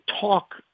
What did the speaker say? talk